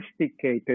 sophisticated